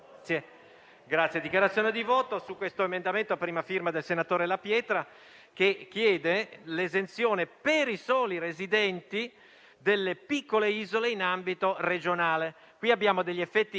in dichiarazione di voto su questo emendamento a prima firma del senatore La Pietra, che chiede l'esenzione per i soli residenti delle piccole isole in ambito regionale. Qui abbiamo degli effetti